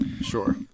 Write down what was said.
sure